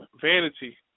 Vanity